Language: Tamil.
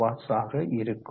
4W ஆக இருக்கும்